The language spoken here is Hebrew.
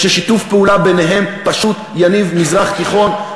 ששיתוף פעולה ביניהם פשוט יניב מזרח תיכון,